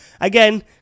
Again